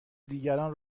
دیگران